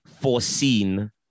foreseen